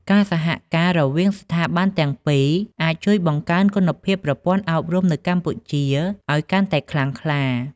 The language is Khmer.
ការសហការរវាងស្ថាប័នទាំងពីរ អាចជួយបង្កើនគុណភាពប្រព័ន្ធអប់រំនៅកម្ពុជាឲ្យកាន់តែខ្លាំងក្លា។